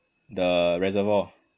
the reservoir